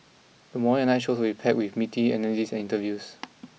the morning and night shows will be packed with meaty analyses and interviews